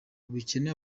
ubukene